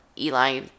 Eli